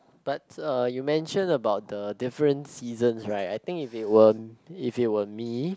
but uh you mentioned about the different seasons right I think if it were if it were me